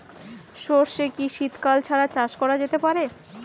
সর্ষে কি শীত কাল ছাড়া চাষ করা যেতে পারে?